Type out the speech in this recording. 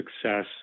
success